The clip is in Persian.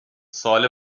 سوال